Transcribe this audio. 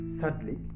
sadly